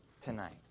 tonight